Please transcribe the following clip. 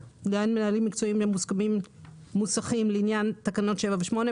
מקצועיים של מוסכים לעניין תקנות 7 ו-8,